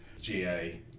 GA